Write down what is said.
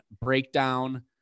breakdown